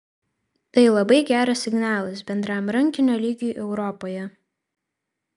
tai labai geras signalas bendram rankinio lygiui europoje